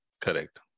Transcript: Correct